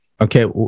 Okay